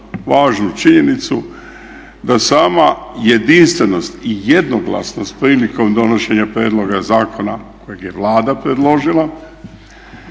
važnu činjenicu da sama jedinstvenost i jednoglasnost prilikom donošenja prijedloga zakona kojeg je Vlada predložila,